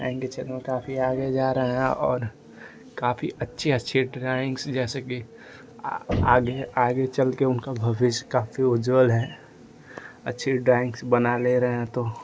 drawing के क्षेत्र में आगे जा रहे हैं और काफ़ी अच्छे अच्छे ड्राइंग जो कि आगे आगे चल कर उनका भविष्य काफ़ी उज्ज्वल है अच्छी ड्राइंग्स बना ले रहें हैं तो